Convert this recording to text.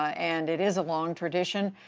and it is a long tradition.